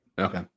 Okay